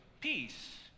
peace